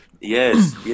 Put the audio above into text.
yes